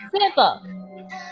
Simple